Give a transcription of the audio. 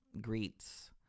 greets